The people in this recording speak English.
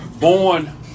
born